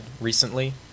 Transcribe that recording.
recently